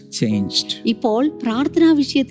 changed